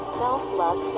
self-love